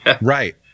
Right